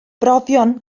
brofion